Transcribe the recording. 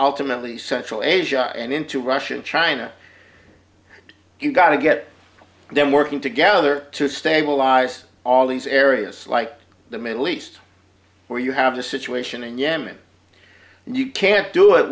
ultimately central asia and into russia and china you've got to get them working together to stabilize all these areas like the middle east where you have the situation in yemen and you can't do it